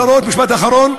משפט אחרון.